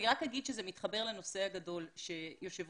אני רק אומר שזה מתחבר לנושא הגדול שיושב